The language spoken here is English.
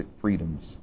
freedoms